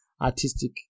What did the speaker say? artistic